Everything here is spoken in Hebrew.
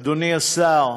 אדוני השר,